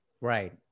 Right